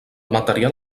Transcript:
material